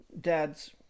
dad's